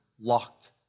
locked